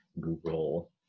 google